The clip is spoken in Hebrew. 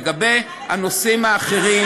לגבי הנושאים האחרים,